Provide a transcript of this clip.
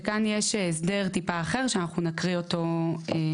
כאן יש הסדר טיפה אחר שאנחנו נקריא אותו עכשיו.